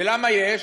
ולמה יש?